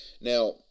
now